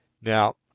Now